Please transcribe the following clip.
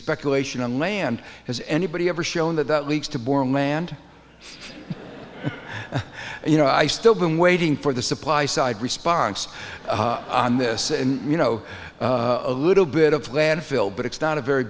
speculation on land has anybody ever shown that that leads to boring mand you know i still been waiting for the supply side response on this and you know a little bit of landfill but it's not a very